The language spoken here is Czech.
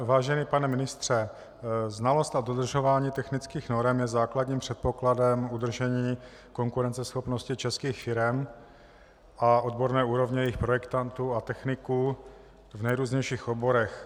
Vážený pane ministře, znalost a dodržování technických norem je základním předpokladem udržení konkurenceschopnosti českých firem a odborné úrovně jejich projektantů a techniků v nejrůznějších oborech.